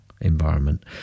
environment